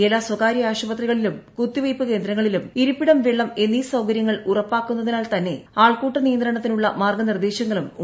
എല്ലാ സ്വകാര്യ ആശുപത്രികളിലും കുത്തിവയ്പ്പ് കേന്ദ്രങ്ങളിലും ഇരിപ്പിടം വെള്ളം എന്നീ സൌകര്യങ്ങൾ ഉറപ്പാക്കുന്നതിനാൽ തന്നെ ആൾക്കൂട്ട നിയന്ത്രണത്തിനുള്ള മാർഗ്ഗനിർദ്ദേശങ്ങളും ഉണ്ടായിരിക്കും